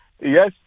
yes